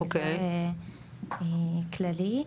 המגזר הכללי.